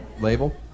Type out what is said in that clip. label